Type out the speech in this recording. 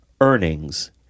earnings